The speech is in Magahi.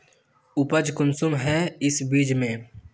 उपज कुंसम है इस बीज में?